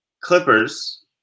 Clippers